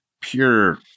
pure